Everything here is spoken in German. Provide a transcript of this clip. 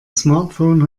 smartphone